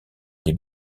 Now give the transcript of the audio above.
des